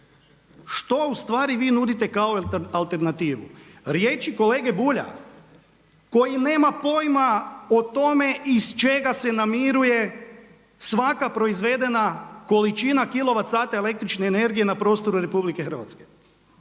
Što u stvari vi nudite kao alternativu? Riječi kolege Bulja koji nema pojma o tome iz čega se namiruje svaka proizvedena količina kilovat sati električne energije na prostoru RH.